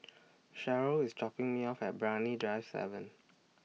Cherryl IS dropping Me off At Brani Drive seven